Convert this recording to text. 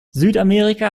südamerika